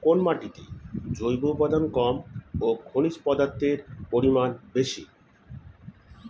কোন মাটিতে জৈব উপাদান কম ও খনিজ পদার্থের পরিমাণ বেশি?